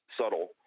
subtle